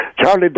Charlie